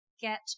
get